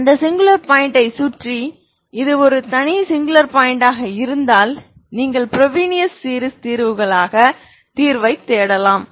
எனவே அந்த சிங்குலர் புள்ளியைச் சுற்றி இது ஒரு தனி சிங்குலர் புள்ளியாக இருந்தால் நீங்கள் ஃப்ரோபீனியஸ் சீரிஸ் தீர்வுகளாக தீர்வைத் தேடலாம்